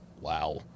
wow